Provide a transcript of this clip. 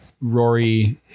Rory